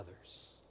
others